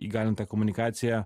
įgalinta komunikacija